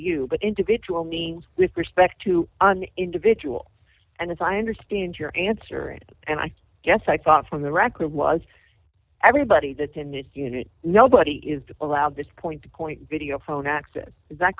you but individual names with respect to an individual and as i understand your answer and i guess i thought from the record was everybody that in this unit nobody is allowed this point to point video phone access is that